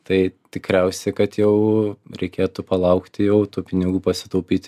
tai tikriausiai kad jau reikėtų palaukti jau tų pinigų pasitaupyti